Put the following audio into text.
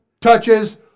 touches